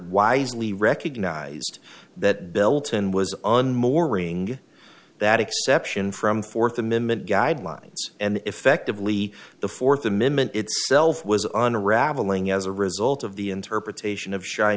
wisely recognized that belton was on more ring that exception from fourth amendment guidelines and effectively the fourth amendment itself was unraveling as a result of the interpretation of shy